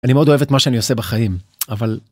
אני מאוד אוהב את מה שאני עושה בחיים, אבל...